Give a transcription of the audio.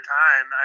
time